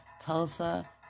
Tulsa